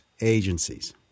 agencies